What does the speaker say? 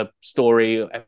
story